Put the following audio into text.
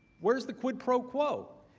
where is the quid pro quo.